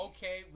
Okay